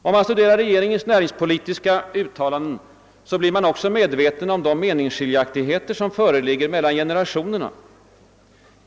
Då man studerar regeringens näringspolitiska uttalanden blir man också medveten om de meningsskiljaktigheter som föreligger mellan generationerna.